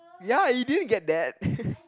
ya you didn't get that